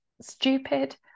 stupid